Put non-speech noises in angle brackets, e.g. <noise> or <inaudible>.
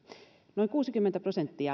noin kuusikymmentä prosenttia <unintelligible>